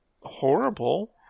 horrible